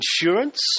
insurance